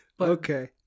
Okay